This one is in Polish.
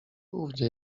ówdzie